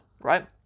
Right